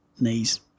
knee's